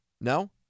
No